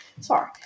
sorry